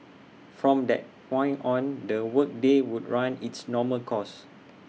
from that point on the work day would run its normal course